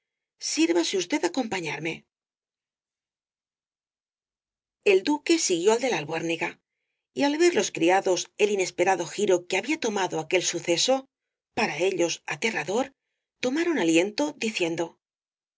sírvase usted acompañarme el duque siguió al de la albuérniga y al ver los criados el inesperado giro que había tomado aquel suceso para ellos aterrador tomaron aliento diciendo